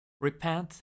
Repent